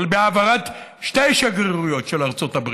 אבל בהעברת שתי שגרירויות של ארצות הברית: